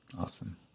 Awesome